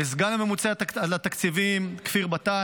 לסגן הממונה על התקציבים כפיר בטט,